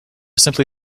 simply